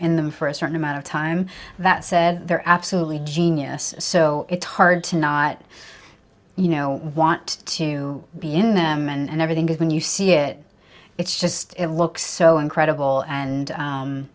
in them for a certain amount of time that said they're absolutely genius so it's hard to not you know want to be in them and everything because when you see it it's just it looks so incredible and